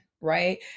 right